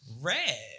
red